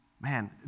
man